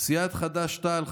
סיעת חד"ש-תע"ל,